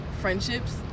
friendships